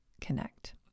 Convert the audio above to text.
connect